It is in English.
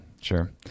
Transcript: sure